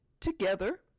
together